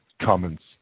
comments